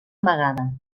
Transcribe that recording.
amagada